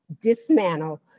dismantle